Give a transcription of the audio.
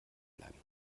bleiben